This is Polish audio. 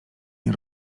nie